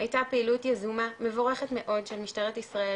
הייתה פעילות יזומה מבורכת מאוד של משטרת ישראל,